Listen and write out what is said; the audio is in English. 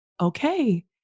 okay